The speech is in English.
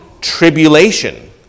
tribulation